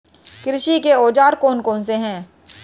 कृषि के औजार कौन कौन से हैं?